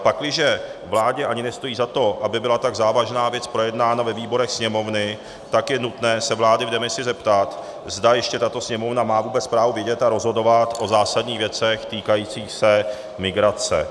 Pakliže vládě ani nestojí za to, aby byla tak závažná věc projednána ve výborech Sněmovny, tak je nutné se vlády v demisi zeptat, zda ještě tato Sněmovna má vůbec právo vidět a rozhodovat o zásadních věcech týkajících se migrace.